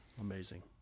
Amazing